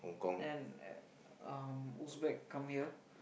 then um Uzbek come here